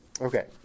Okay